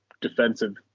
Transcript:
defensive